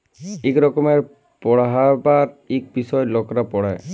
ইক রকমের পড়্হাবার ইক বিষয় লকরা পড়হে